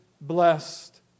blessed